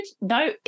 No